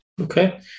Okay